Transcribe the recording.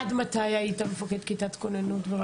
עד מתי היית מפקד כיתת כוננות?